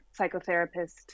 psychotherapist